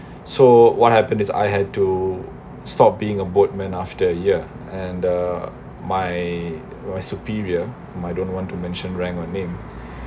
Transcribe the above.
so what happened is I had to stop being a boatman after a year and uh my my superior my don't want to mention ranked of name